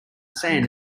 sand